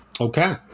Okay